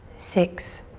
six,